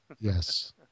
Yes